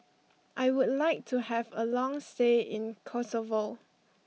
I would like to have a long stay in Kosovo